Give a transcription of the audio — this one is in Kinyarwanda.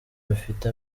bifite